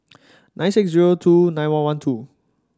nine six zero two nine one one two